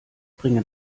bringe